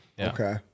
Okay